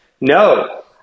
no